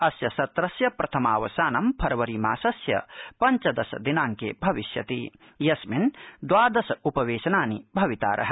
अस्य सत्रस्य प्रथमावसानं फरवरीमासस्य पञ्चदश दिनांके भविष्यति यस्मिन् द्वादशोपवेशनानि भवितारः